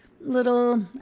little